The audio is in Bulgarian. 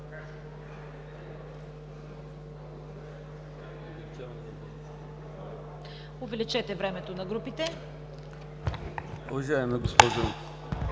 Увеличете времето на групите.